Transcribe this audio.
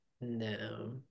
No